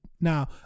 now